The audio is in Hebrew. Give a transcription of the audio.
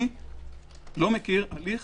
אני לא מכיר הליך